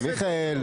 מיכאל,